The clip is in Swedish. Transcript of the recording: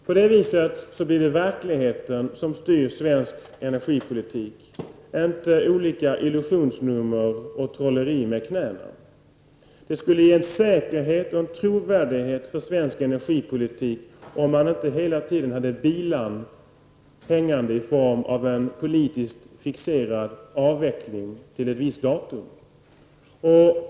På det viset blir det verkligheten som styr svensk energipolitik, inte olika illusionsnummer och trolleri med knäna. Det skulle ge en säkerhet och en trovärdighet för svensk energipolitik, om man inte hela tiden hade bilan hängande över sig i form av en politiskt fixerad avveckling till ett visst datum.